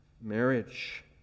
marriage